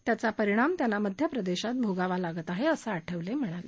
त्याचा परिणाम त्यांना मध्यप्रदेशमध्ये भोगावा लागत आहेअसं आठवले म्हणाले